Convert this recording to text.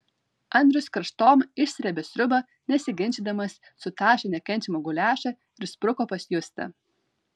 andrius karštom išsrėbė sriubą nesiginčydamas sutašė nekenčiamą guliašą ir spruko pas justą